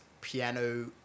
piano